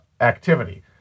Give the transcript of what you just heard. activity